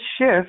shift